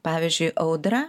pavyzdžiui audra